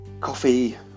coffee